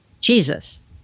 Jesus